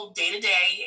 day-to-day